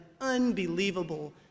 unbelievable